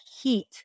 heat